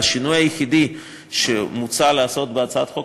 השינוי היחיד שמוצע לעשות בהצעת החוק